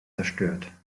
zerstört